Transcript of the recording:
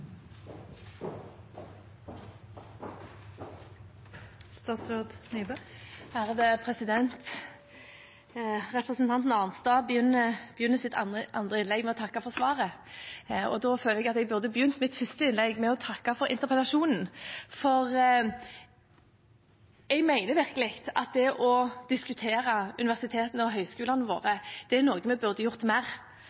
Representanten Arnstad begynner sitt andre innlegg med å takke for svaret, og da føler jeg at jeg burde begynt mitt første innlegg med å takke for interpellasjonen, for jeg mener virkelig at det å diskutere universitetene og høyskolene våre,